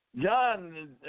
John